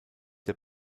der